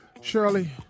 Shirley